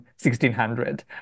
1600